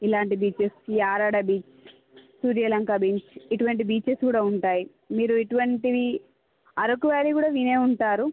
ఇలాంటి beaches Yarada beach Suryalanka beach ఇటువంటి beaches కూడా ఉంటాయి మీరు ఇటువంటి అరకు వ్యాలీ కూడా వినే ఉంటారు